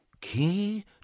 Key